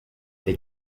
they